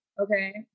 okay